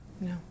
no